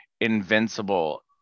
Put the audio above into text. invincible